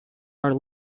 are